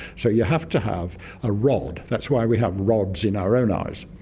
so you have to have a rod. that's why we have rods in our own eyes.